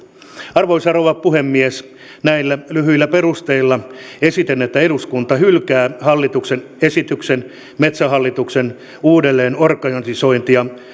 arvoisa rouva puhemies näillä lyhyillä perusteilla esitän että eduskunta hylkää hallituksen esityksen metsähallituksen uudelleenorganisointia